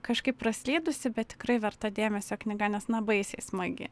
kažkaip praslydusi bet tikrai verta dėmesio knyga nes na baisiai smagi